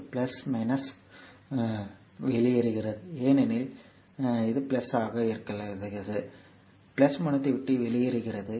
எனவே அந்த கரண்ட் முனையத்தை விட்டு வெளியேறுகிறது ஏனெனில் இது இது இது முனையத்தை விட்டு வெளியேறுகிறது